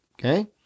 Okay